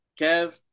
Kev